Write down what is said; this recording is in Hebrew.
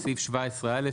בסעיף 17(א),